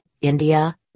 India